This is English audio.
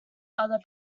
other